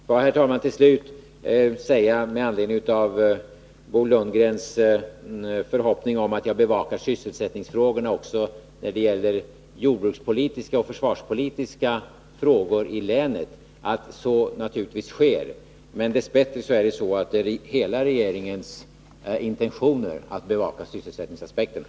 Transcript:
Får jag, herr talman, till slut, med anledning av Bo Lundgrens uttalande om att han hyser en förhoppning om att jag bevakar sysselsättningsfrågorna också när det gäller jordbruket och försvaret i länet, säga att så naturligtvis sker. Men dess bättre är det hela regeringens intentioner att bevaka sysselsättningsaspekterna.